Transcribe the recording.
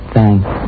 Thanks